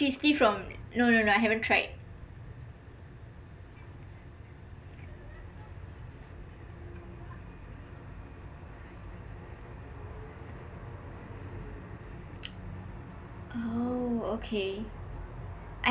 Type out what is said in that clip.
cheesty from no no no I haven't tried oh okay